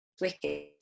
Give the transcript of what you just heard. Wicked